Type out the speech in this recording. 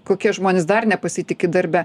kokie žmonės dar nepasitiki darbe